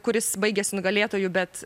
kuris baigiasi nugalėtoju bet